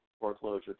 foreclosure